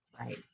Right